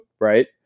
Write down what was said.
right